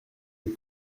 est